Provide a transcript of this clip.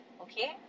okay